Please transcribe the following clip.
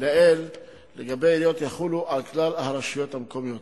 לעיל לגבי עיריות יחולו על כלל הרשויות המקומיות.